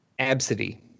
Absidy